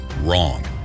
Wrong